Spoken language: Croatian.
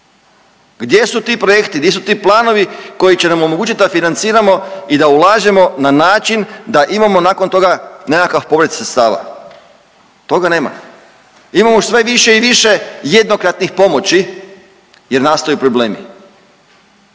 gdje su ti projekti, di su ti planovi koji će nam omogućit da financiramo i da ulažemo na način da imamo nakon toga nekakav povrat sredstava? Toga nema, imamo sve više i više jednokratnih pomoći jer nastaju problemi,